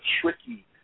tricky